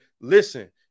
listen